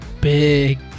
Big